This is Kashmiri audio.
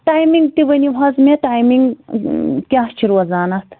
ٹایمِنٛگ تہِ ؤنِو حظ مےٚ ٹایمِنٛگ کیٛاہ چھِ روزان اتھ